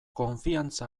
konfiantza